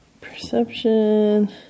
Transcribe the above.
Perception